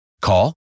Call